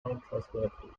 untrustworthy